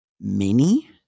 mini